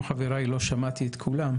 כמו חבריי, לא שמעתי את כולם,